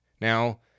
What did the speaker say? Now